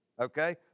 okay